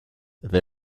they